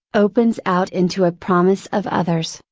opens out into a promise of others,